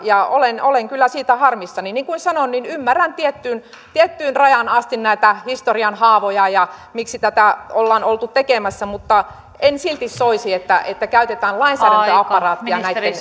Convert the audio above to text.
ja olen olen kyllä siitä harmissani niin kuin sanoin ymmärrän tiettyyn tiettyyn rajaan asti näitä historian haavoja ja miksi tätä ollaan oltu tekemässä mutta en silti soisi että että käytetään lainsäädäntöapparaattia näitten